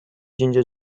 ginger